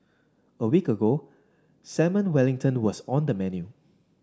a week ago salmon wellington was on the menu